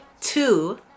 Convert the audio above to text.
two